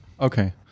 Okay